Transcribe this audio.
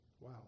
Wow